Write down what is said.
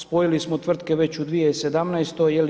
Spojili smo tvrtke već u 2017.